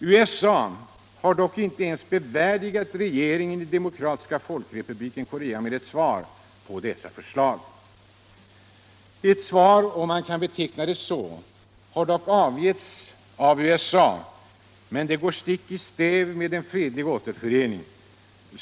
USA har inte ens bevärdigat regeringen i Demokratiska folkrepubliken i Korea med ett svar på dessa förslag. Till FN har dock ett svar —- om man kan beteckna det så — avgivits av USA, men det går stick i stäv mot strävandena efter en fredlig återförening.